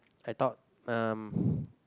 I thought um